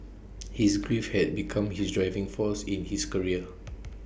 his grief had become his driving force in his career